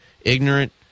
ignorant